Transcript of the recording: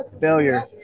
Failure